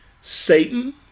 Satan